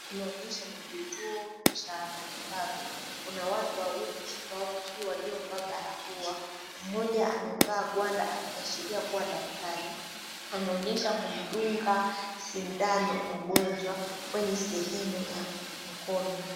Tunaonyeshwa ni kituo cha matibabu. Kuna watu wawili tofauti walio vaa barakoa mmoja amevaa gwanda akiashiria kua daktari, anaonyesha kumdunga sindano mgonjwa kwenye sehemu ya mkono.